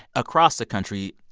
across the country,